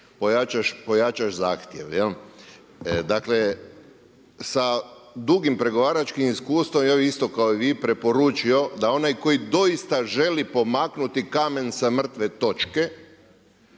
pojačaš zahtjev. Jel'? Dakle, sa dugim pregovaračkim iskustvom ja bih isto kao i vi preporučio da onaj koji doista želi pomaknuti kamen sa mrtve točke